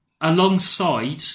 Alongside